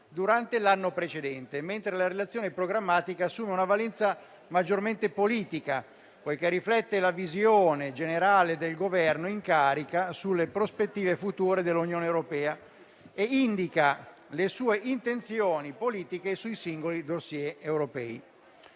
durante l'anno precedente; mentre la relazione programmatica assume una valenza maggiormente politica, poiché riflette la visione generale del Governo in carica sulle prospettive future dell'Unione europea, e indica le sue intenzioni politiche sui singoli *dossier* europei.